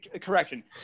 Correction